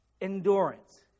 endurance